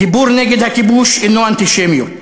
דיבור נגד הכיבוש אינו אנטישמיות.